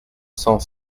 cent